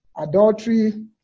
adultery